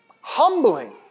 humbling